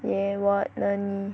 yeah what nani